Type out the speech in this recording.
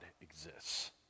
exists